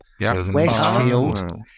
Westfield